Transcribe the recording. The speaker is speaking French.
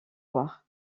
voir